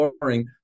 boring